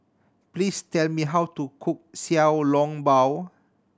please tell me how to cook Xiao Long Bao